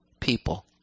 people